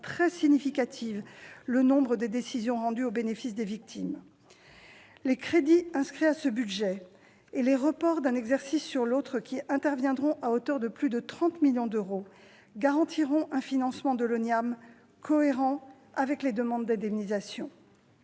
des victimes progressera de façon très significative en 2019. Les crédits inscrits à ce budget et les reports d'un exercice sur l'autre qui interviendront à hauteur de plus de 30 millions d'euros garantiront un financement de l'ONIAM cohérent avec les demandes d'indemnisation.